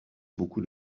beaucoup